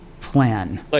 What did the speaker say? plan